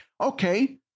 Okay